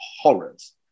horrors